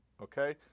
Okay